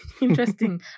interesting